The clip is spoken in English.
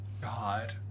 God